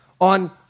on